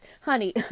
Honey